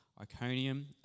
Iconium